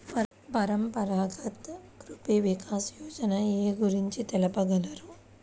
పరంపరాగత్ కృషి వికాస్ యోజన ఏ గురించి తెలుపగలరు?